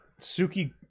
Suki